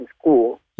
school